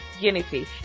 unity